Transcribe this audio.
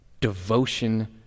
devotion